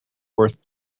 worth